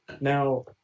Now